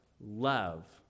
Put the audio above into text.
Love